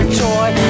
joy